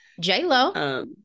J-Lo